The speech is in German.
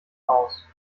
aus